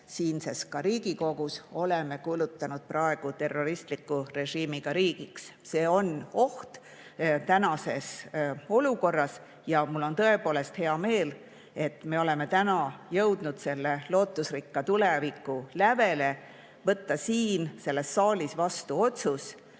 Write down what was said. siin Riigikogus oleme kuulutanud praegu terroristliku režiimiga riigiks. See on tänases olukorras oht. Mul on tõepoolest hea meel, et me oleme jõudnud lootusrikka tuleviku lävele, et võtta täna siin selles saalis vastu